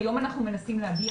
כיום אנחנו מנסים להגיע,